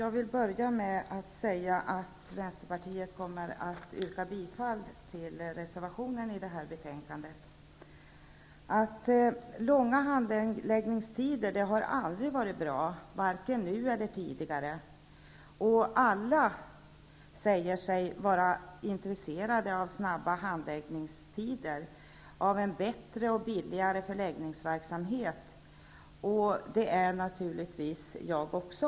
Herr talman! Jag vill börja med att säga att Långa handläggningstider har aldrig varit bra, vare sig nu eller tidigare. Alla säger sig ju vara intresserade av snabba handläggningstider och av bättre och billigare förläggningverksamhet, så även jag.